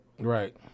Right